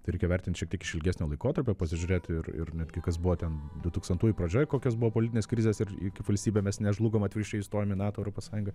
tai reikia vertint šiek tiek iš ilgesnio laikotarpio pasižiūrėti ir ir netgi kas buvo ten dutūkstantųjų pradžioj kokios buvo politinės krizės ir ir kaip valstybė mes nežlugom atvirkščiai įstojom į nato europos sąjungą